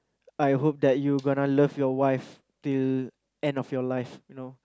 I hope that you gonna love your wife till end of your life you know